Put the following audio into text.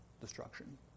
destruction